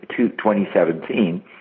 2017